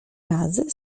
razy